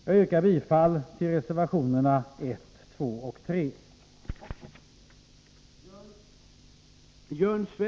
Jag yrkar bifall till reservationerna 1, 2 och 3.